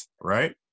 right